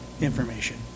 information